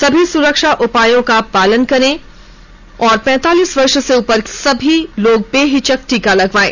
सभी सुरक्षा उपायों का पालन करें और पैंतालीस वर्श से उपर के सभी लोग बेहिचक टीका लगवायें